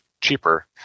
cheaper